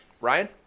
Ryan